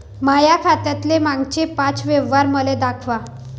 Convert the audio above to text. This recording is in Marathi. माया खात्यातले मागचे पाच व्यवहार मले दाखवा